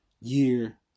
year